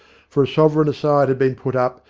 for a sovereign a side had been put up,